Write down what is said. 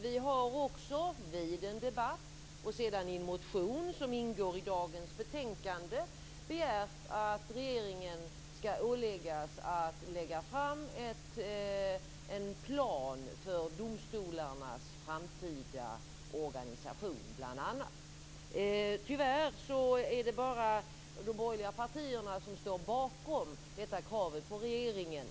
Vi har också, vid en debatt och sedan i en motion som ingår i dagens betänkande, begärt att regeringen ska åläggas att lägga fram en plan bl.a. för domstolarnas framtida organisation. Tyvärr är det bara de borgerliga partierna som står bakom detta krav på regeringen.